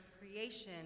creation